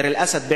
דיר-אל-אסד,